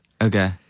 Okay